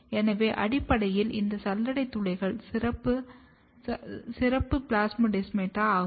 எனவே அடிப்படையில் இந்த சல்லடை துளைகள் சிறப்பு பிளாஸ்மோடெஸ்மாடா ஆகும்